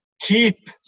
Keep